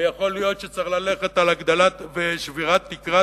ויכול להיות שצריך ללכת על הגדלה ושבירה של תקרת